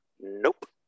Nope